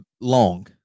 Long